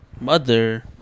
Mother